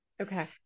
Okay